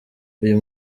uyu